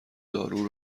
دارو